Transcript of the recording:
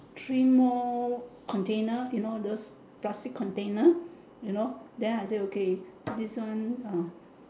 three more container you know those plastic container you know then I say okay this one ah